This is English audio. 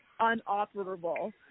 unoperable